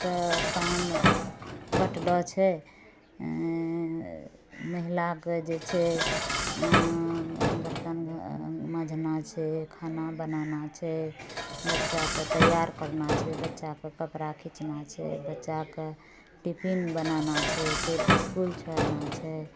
के काम बटलो छै महिलाके जे छै बर्तन मजना छै खाना बनाना छै बच्चाके तैयार करना छै बच्चाके कपड़ा खीचना छै बच्चाके टिफिन बनाना छै फेर इसकुल छोड़ना छै